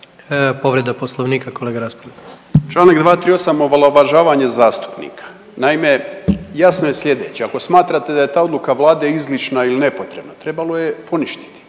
**Raspudić, Nino (Nezavisni)** Čl. 238, omalovažavanje zastupnika. Naime, jasno je sljedeće. Ako smatrate da je ta odluka Vlade izlišna ili nepotrebna, trebalo je poništiti,